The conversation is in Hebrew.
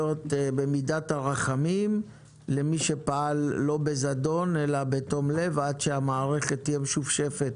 במידת הרחמים למי שפעל לא בזדון אלא בתום לב עד שהמערכת תהיה משופשפת.